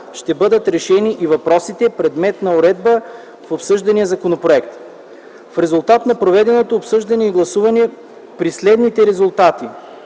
ще бъдат решени и въпросите, предмет на уредба в обсъждания законопроект. В резултат на проведеното обсъждане и гласуване при следните резултати